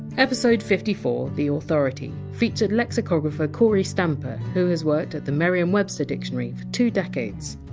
episode fifty four, the authority, featured lexicographer kory stamper, who has worked at the merriam-webster dictionary for two decades.